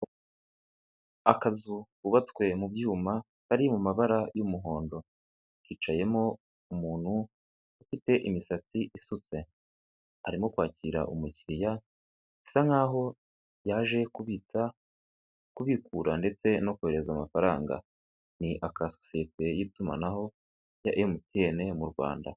Akazu kubatswe mu byuma kari mu mabara y'umuhondo. Kicayemo umuntu ufite imisatsi isutse. Arimo kwakira umukiriya, bisa nkaho yaje kubitsa, kubikura ndetse no kohereza amafaranga. Ni aka sosiyete y'itumanaho ya MTN mu Rwanda.